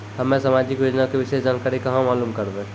हम्मे समाजिक योजना के विशेष जानकारी कहाँ मालूम करबै?